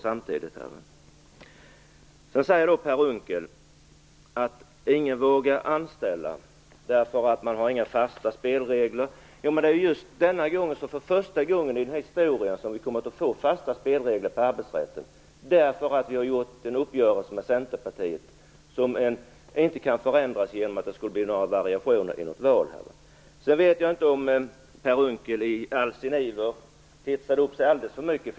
Per Unckel säger att ingen vågar anställda därför att det inte finns några fasta spelregler. För första gången i historien kommer vi ju nu att få fasta spelregler för arbetsrätten, därför att vi har gjort en uppgörelse med Centerpartiet som inte kan förändras genom variationer vid val. Jag vet inte om Per Unckel i sin iver hetsade upp sig alldeles för mycket.